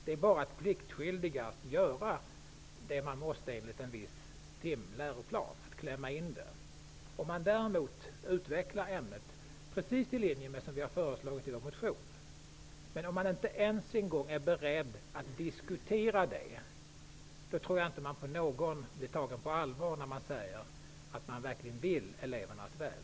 Det är bara att pliktskyldigast göra det man måste enligt en viss tim eller läroplan. Man kan däremot utveckla ämnet, precis i linje med det vi har föreslagit i vår motion. Om man inte ens är beredd att diskutera det förslaget tror jag inte att man blir tagen på allvar när man säger att man verkligen vill elevernas väl.